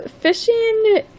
fishing